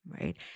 right